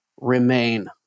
Remain